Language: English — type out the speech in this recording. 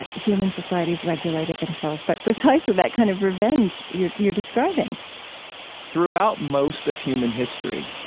ah human societies regulated themselves by precisely that kind of revenge you're you're describing throughout most of human history